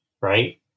Right